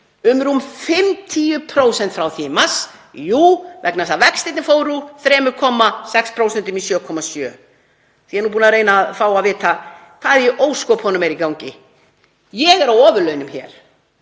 um rúm 50% frá því í mars vegna þess að vextirnir fóru úr 3,6% í 7,7%. Ég er búin að reyna að fá að vita hvað í ósköpunum er í gangi. Ég er á ofurlaunum hér